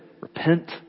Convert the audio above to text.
repent